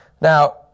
Now